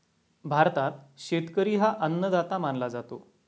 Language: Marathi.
भारतात शेतकरी हा अन्नदाता मानला जातो